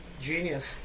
Genius